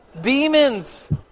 Demons